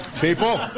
People